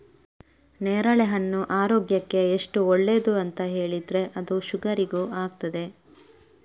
ನೇರಳೆಹಣ್ಣು ಆರೋಗ್ಯಕ್ಕೆ ಎಷ್ಟು ಒಳ್ಳೇದು ಅಂತ ಹೇಳಿದ್ರೆ ಅದು ಶುಗರಿಗೂ ಆಗ್ತದೆ